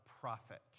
prophet